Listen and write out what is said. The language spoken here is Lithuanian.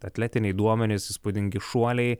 atletiniai duomenys įspūdingi šuoliai